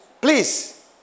Please